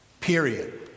period